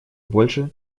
больше